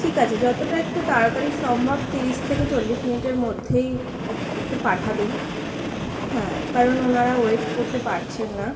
ঠিক আছে যতটা একটু তাড়াতাড়ি সম্ভব তিরিশ থেকে চল্লিশ মিনিটের মধ্যেই একটু পাঠাবেন হ্যাঁ কারণ ওনারা ওয়েট করতে পারছেন না